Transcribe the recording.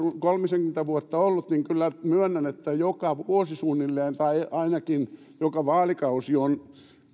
kolmisenkymmentä vuotta ollut niin kyllä myönnän että joka vuosi suunnilleen tai ainakin joka vaalikausi on